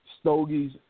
stogies